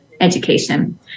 education